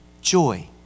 Joy